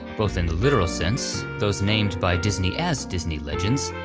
both in the literal sense those named by disney as disney legends,